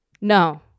No